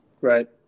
right